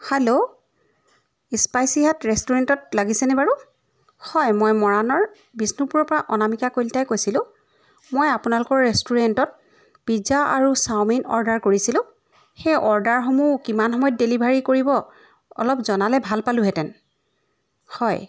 hello Spicy Hut ৰেষ্টুৰেণ্টত লাগিছেনে বাৰু হয় মই মৰাণৰ বিষ্ণুপুৰৰ পৰা অনামিকা কলিতাই কৈছিলোঁ মই আপোনালোকৰ ৰেষ্টুৰেণ্টত পিজ্জা আৰু চাওমিন অৰ্ডাৰ কৰিছিলোঁ সেই অৰ্ডাৰসমূহ কিমান সময়ত ডেলিভাৰী কৰিব অলপ জনালে ভাল পালোহেঁতেন হয়